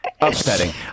Upsetting